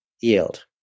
yield